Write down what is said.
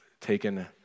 taken